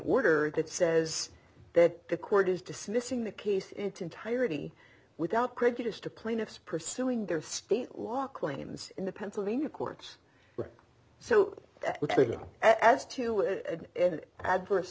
order that says that the court is dismissing the case into entirety without prejudice to plaintiffs pursuing their state law claims in the pennsylvania courts so as to it in an adverse